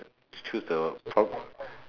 choose the pro~